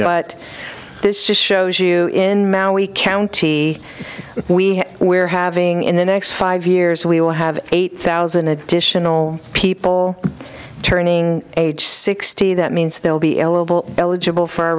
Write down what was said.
what this shows you in county we we're having in the next five years we will have eight thousand additional people turning age sixty that means they'll be eligible eligible for